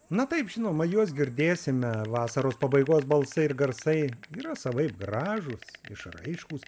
na taip žinoma juos girdėsime vasaros pabaigos balsai ir garsai yra savaip gražūs išraiškūs